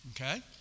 Okay